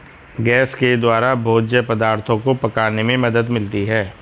gas के द्वारा भोज्य पदार्थो को पकाने में मदद मिलती है